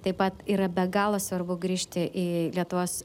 taip pat yra be galo svarbu grįžti į lietuos